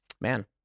man